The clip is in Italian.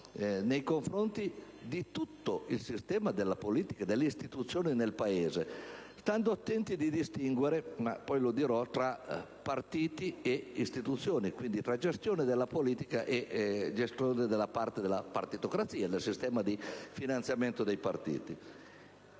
nei confronti di tutto il sistema della politica e delle istituzioni del Paese, stando attenti a distinguere - come dirò - tra partiti e istituzioni, quindi tra gestione della politica e gestione della partitocrazia, cioè il sistema di finanziamento dei partiti.